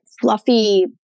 fluffy